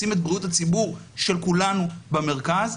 לשים את בריאות הציבור של כולנו במרכז.